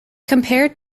compared